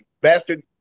Bastard